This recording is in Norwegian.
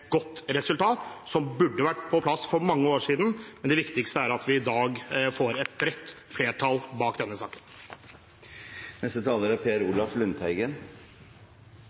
godt resultat, som burde vært på plass for mange år siden, men det viktigste er at vi i dag får et bredt flertall bak dette vedtaket. Jeg vil også takke saksordfører Holen Bjørdal for et godt arbeid i en krevende sak. Saken